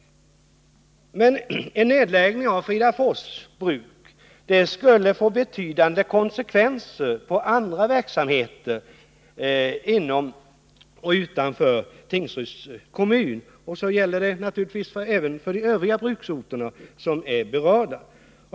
Men en nedläggning av Fridafors bruk skulle få betydande konsekvenser på andra verksamheter inom och utanför Tingsryds kommun. Detsamma gäller naturligtvis även för de övriga bruksorter som är berörda.